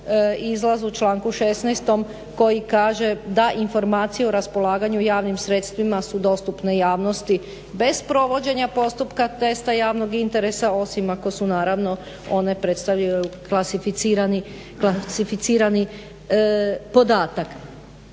izlaz u članku 16. koji kaže da informacije o raspolaganju javnim sredstvima su dostupne javnosti bez provođenja postupka testa javnog interesa osim ako su naravno one predstavljaju klasificirani podatak.